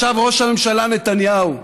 ישב ראש הממשלה נתניהו,